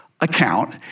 account